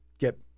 get